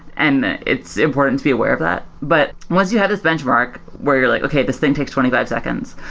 and it's important to be aware of that. but once you have this benchmark where you're like, okay. this thing takes twenty five seconds.